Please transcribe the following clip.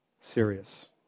serious